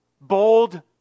bold